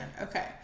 okay